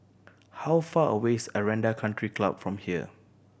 how far away is Aranda Country Club from here